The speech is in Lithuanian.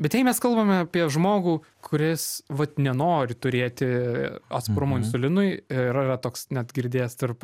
bet jei mes kalbame apie žmogų kuris vat nenori turėti atsparumo insulinui yra toks net girdėjęs tarp